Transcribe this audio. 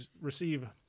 receive